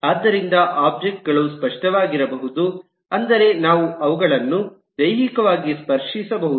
ಆದ್ದರಿಂದ ಒಬ್ಜೆಕ್ಟ್ ಗಳು ಸ್ಪಷ್ಟವಾಗಿರಬಹುದು ಅಂದರೆ ನಾವು ಅವುಗಳನ್ನು ದೈಹಿಕವಾಗಿ ಸ್ಪರ್ಶಿಸಬಹುದು